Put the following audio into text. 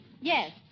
Yes